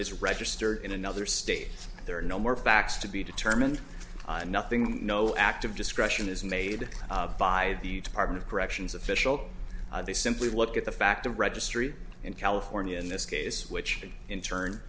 is registered in another state there are no more facts to be determined and nothing no active discretion is made by the department of corrections official they simply look at the fact the registry in california in this case which in